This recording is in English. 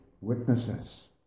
witnesses